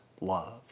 love